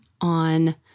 on